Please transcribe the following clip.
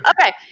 Okay